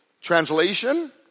Translation